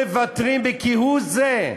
במינהל מקרקעי ישראל לא מוותרים כהוא זה,